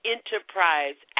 Enterprise